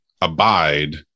abide